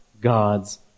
God's